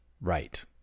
Right